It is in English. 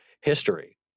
history